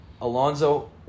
Alonso